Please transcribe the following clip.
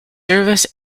service